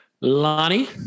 Lonnie